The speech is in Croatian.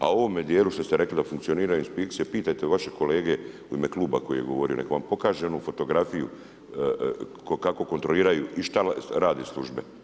A u ovome djelu što ste rekli da funkcionira inspekcije, pitajte vaše kolege u ime kluba koji je govorio neka vam pokaže ovu fotografiju tko kako kontroliraju i šta rade službe.